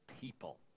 people